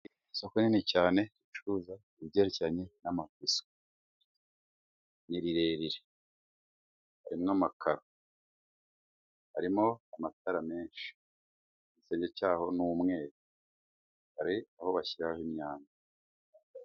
Isoko rinini cyane ricuruza ibyerekeranye n'amapizaa ni rirerire, hari n'amakaro, harimo amatara menshi, igisenge cy'aho ni umweru, hari aho bashyiraho imyada.